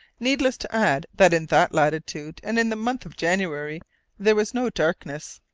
needless to add that in that latitude and in the month of january there was no darkness.